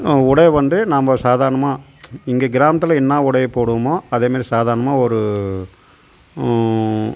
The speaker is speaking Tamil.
உடைய வந்து நாம்ம சாதாரணமாக இங்கே கிராமத்தில் என்ன உடைய போடுவோமோ அதேமாதிரி சாதாரணமாக ஒரு